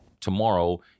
tomorrow